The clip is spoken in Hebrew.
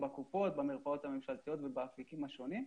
בקופות, במרפאות הממשלתיות ובאפיקים השונים.